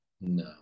no